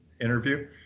interview